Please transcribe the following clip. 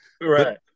Right